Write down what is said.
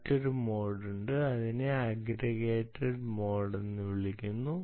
മറ്റൊരു മോഡ് ഉണ്ട് അതിനെ അഗ്രഗേറ്റഡ് മോഡ് എന്ന് വിളിക്കുന്നു